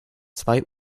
zwei